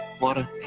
water